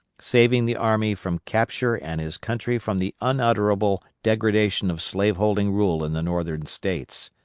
saving the army from capture and his country from the unutterable degradation of slave-holding rule in the northern states.